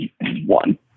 one